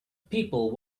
people